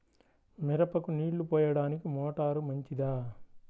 మిరపకు నీళ్ళు పోయడానికి మోటారు మంచిదా?